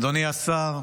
אדוני השר,